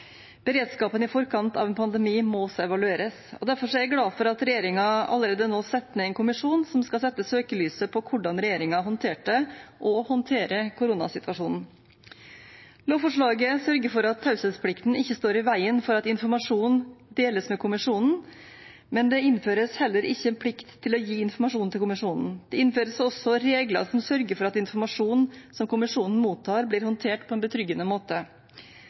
Beredskapen i forkant av en pandemi må også evalueres. Derfor er jeg glad for at regjeringen allerede nå setter ned en kommisjon som skal sette søkelyset på hvordan regjeringen håndterte og håndterer koronasituasjonen. Lovforslaget sørger for at taushetsplikten ikke står i veien for at informasjon deles med kommisjonen, men det innføres heller ikke plikt til å gi informasjon til kommisjonen. Det innføres også regler som sørger for at informasjon som kommisjonen mottar, blir håndtert på en betryggende måte.